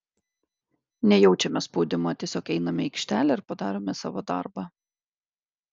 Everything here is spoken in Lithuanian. nejaučiame spaudimo tiesiog einame į aikštelę ir padarome savo darbą